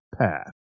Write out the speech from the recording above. path